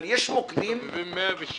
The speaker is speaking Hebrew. אבל יש מוקדים --- יש